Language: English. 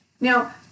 Now